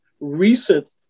recent